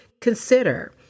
consider